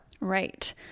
Right